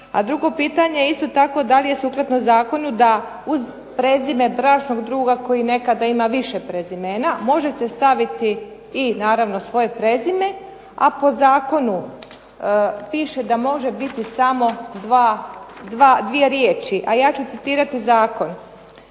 A drugo pitanje isto tako da li je sukladno zakonu da uz prezime bračnog druga koji nekada ima više prezimena može se staviti i naravno svoje prezime, a po zakonu piše da može biti samo dvije riječi. A ja ću citirati zakon.